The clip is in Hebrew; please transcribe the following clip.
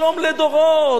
שלום לדורות,